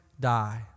die